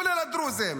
כולל הדרוזים.